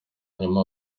nyuma